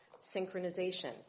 synchronization